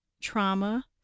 trauma